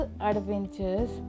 adventures